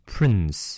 Prince